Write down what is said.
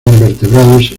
invertebrados